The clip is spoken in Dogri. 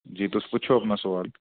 जी तुस पुच्छो अपना सोआल